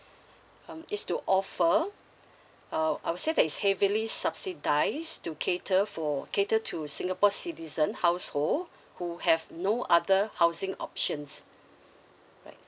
um it's to offer uh I would say that is heavily subsidise to cater for cater to singapore citizen household who have no other housing options